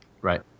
Right